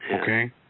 Okay